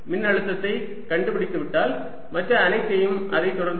மின்னழுத்தத்தை கண்டுபிடித்துவிட்டால் மற்ற அனைத்தும் அதை தொடர்ந்து வரும்